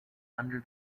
under